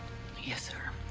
yes, sir.